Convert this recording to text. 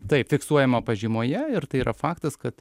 taip fiksuojama pažymoje ir tai yra faktas kad